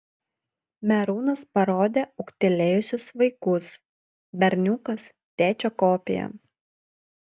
merūnas parodė ūgtelėjusius vaikus berniukas tėčio kopija